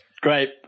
great